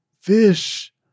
Fish